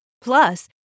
Plus